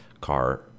car